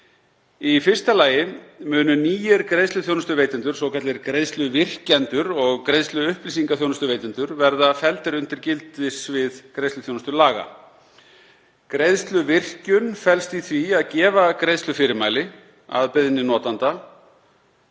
Í fyrsta lagi munu nýir greiðsluþjónustuveitendur, svokallaðir greiðsluvirkjendur og greiðsluupplýsingaþjónustuveitendur, verða felldir undir gildissvið greiðsluþjónustulaga. Greiðsluvirkjun felst í því að gefa greiðslufyrirmæli að beiðni notanda